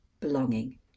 Belonging